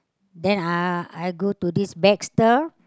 then uh I go to this Baxter